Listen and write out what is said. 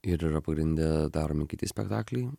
ir yra pagrinde daromi kiti spektakliai